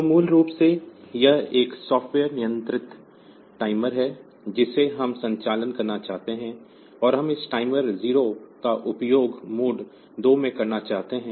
तो मूल रूप से यह एक सॉफ्ट सॉफ़्टवेयर नियंत्रित टाइमर है जिसे हम संचालित करना चाहते हैं और हम इस टाइमर 0 का उपयोग मोड 2 में करना चाहते हैं